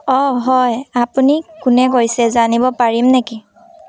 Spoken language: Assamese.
অঁ হয় আপুনি কোনে কৈছে জানিব পাৰিম নেকি